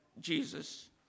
Jesus